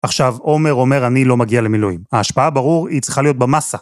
עכשיו, עומר אומר אני לא מגיע למילואים. ההשפעה ברור, היא צריכה להיות במסה.